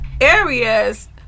areas